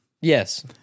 Yes